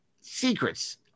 Secrets